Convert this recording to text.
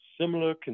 similar